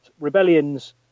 Rebellions